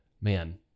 man